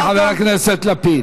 אדוני חבר הכנסת לפיד,